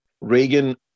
Reagan